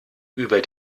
über